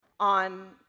On